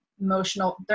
emotional